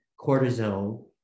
cortisone